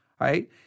right